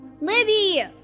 Libby